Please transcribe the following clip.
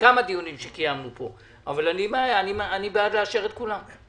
בכמה דיונים שקיימנו פה אבל אני בעד לאשר את כולם.